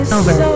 over